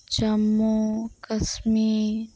Jammu Kashmir